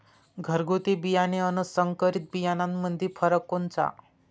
घरगुती बियाणे अन संकरीत बियाणामंदी फरक कोनचा?